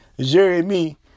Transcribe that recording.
Jeremy